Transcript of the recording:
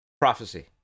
Prophecy